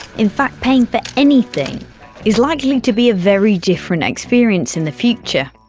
in fact paying for anything is likely to be a very different experience in the future.